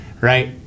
right